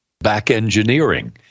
back-engineering